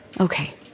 okay